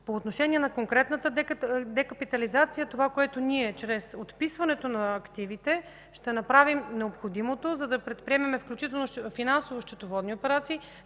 По отношение на конкретната декапитализация. Ние чрез отписването на активите ще направим необходимото, за да предприемем финансово счетоводни операции,